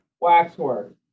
Waxwork